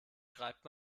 schreibt